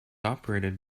operated